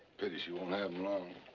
pity she won't have him long.